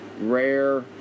rare